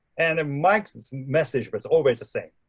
and mike's and message was always the same,